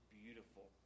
beautiful